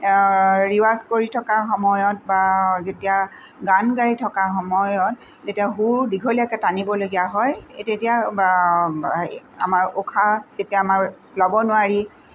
ৰিৱাজ কৰি থকাৰ সময়ত বা যেতিয়া গান গাই থকা সময়ত যেতিয়া সুৰ দীঘলীয়াকৈ টানিবলগীয়া হয় সেই তেতিয়া আমাৰ উশাহ তেতিয়া আমাৰ ল'ব নোৱাৰি